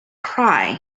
cry